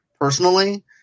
personally